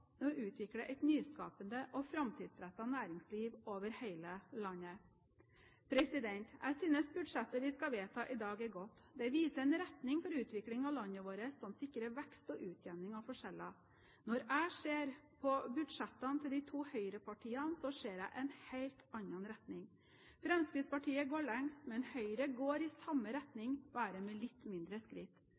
å utvikle et nyskapende og framtidsrettet næringsliv over hele landet. Jeg synes budsjettet vi skal vedta i dag, er godt. Det viser en retning for utviklingen av landet vårt som sikrer vekst og utjevning av forskjeller. Når jeg ser på budsjettene til de to høyrepartiene, ser jeg en helt annen retning. Fremskrittspartiet går lengst, men Høyre går i samme retning bare med litt mindre skritt.